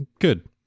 Good